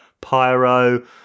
pyro